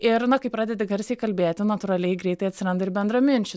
ir na kai pradedi garsiai kalbėti natūraliai greitai atsiranda ir bendraminčių